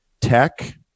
tech